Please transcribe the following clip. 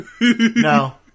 No